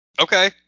Okay